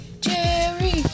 Jerry